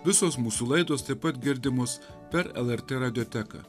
visos mūsų laidos taip pat girdimos per lrt radioteką